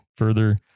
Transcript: further